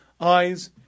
eyes